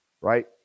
right